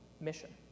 mission